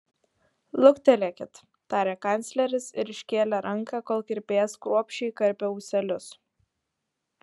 luktelėkit tarė kancleris ir iškėlė ranką kol kirpėjas kruopščiai karpė ūselius